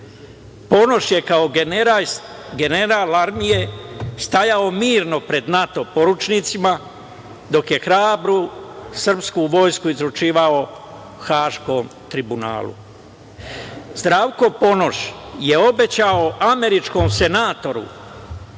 Ponoš. Ponoš je kao general armije stajao mirno pred NATO poručnicima dok je hrabru srpsku vojsku izručivao Haškom tribunalu. Zdravko Ponoš je obećao američkom senatoru